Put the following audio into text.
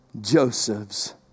Joseph's